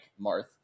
Marth